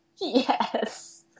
Yes